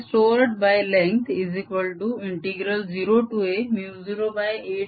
Energy storedlength0a082a4r2